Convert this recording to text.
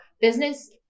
business